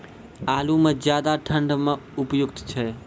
आलू म ज्यादा ठंड म उपयुक्त छै?